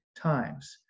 times